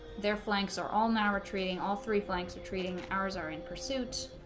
their flanks are all now retreating all three flanks are treating ours are in pursuit